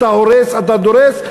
אתה הורס ואתה דורס,